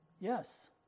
Yes